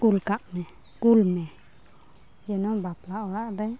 ᱠᱩᱞ ᱠᱟᱜᱢᱮ ᱠᱩᱞ ᱢᱮ ᱡᱮᱱᱚ ᱵᱟᱯᱞᱟ ᱚᱲᱟᱜ ᱨᱮ